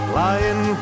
lying